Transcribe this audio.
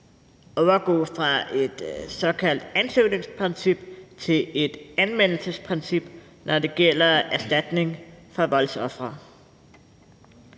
overgår fra et såkaldt ansøgningsprincip til et anmeldelsesprincip, når det gælder erstatning for voldsofre.